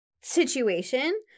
situation